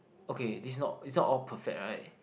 okay this not it's not all perfect right